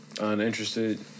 Uninterested